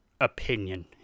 opinion